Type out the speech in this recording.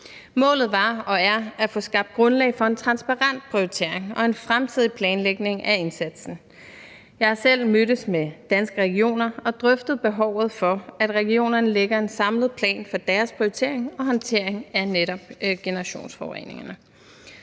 Målet var og er at få skabt grundlag for en transparent prioritering og en fremtidig planlægning af indsatsen. Jeg har selv mødtes med Danske Regioner og drøftet behovet for, at regionerne lægger en samlet plan for deres prioritering og håndtering af netop generationsforureningerne.